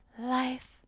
Life